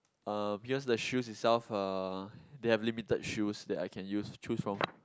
uh because the shoes itself uh they have limited shoes that I can use choose from